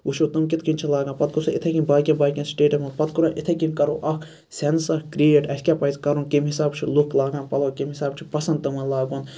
وٕچھو تِم کِتھ کنۍ چھِ لاگان پَتہٕ گَژھو اِتھے کٔنۍ باقیَن باقیَن سٹیٹَن مَنٛز پَتہٕ کَرو اِتھےکٔنۍ کَرو اَکھ سیٚنٕس اَکھ کریٹ اَسہِ کیاہ پَزِ کَرُن کمہِ حِساب چھِ لُکھ لاگان پَلَو کمہِ حِساب چھُ پَسَنٛد تِمَن لاگُن